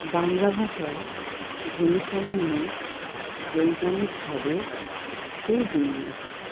বাংলা ভাষায় ধ্বনিসমূহ বৈজ্ঞানিকভাবে সুবিন্যস্ত